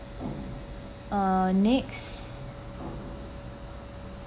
uh next